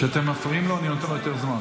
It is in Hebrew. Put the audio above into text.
כשאתם מפריעים לו, אני נותן לו יותר זמן.